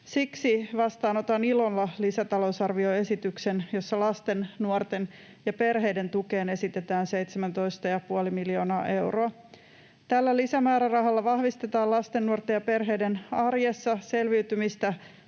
Siksi vastaanotan ilolla lisätalousarvioesityksen, jossa lasten, nuorten ja perheiden tukeen esitetään 17,5 miljoonaa euroa. Tällä lisämäärärahalla vahvistetaan lasten, nuorten ja perheiden arjessa selviytymistä